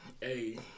Hey